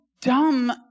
dumb